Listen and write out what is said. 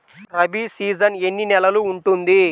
Rabi season ఎన్ని నెలలు ఉంటుంది?